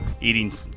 eating